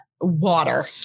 water